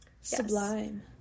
Sublime